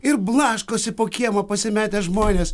ir blaškosi po kiemą pasimetę žmonės